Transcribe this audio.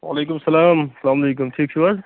وعلیکُم السَلام اَسَلامُ علیکُم ٹھیٖک چھو حظ